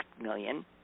million